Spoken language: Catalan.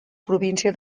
província